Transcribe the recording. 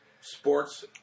sports